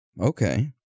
Okay